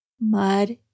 mud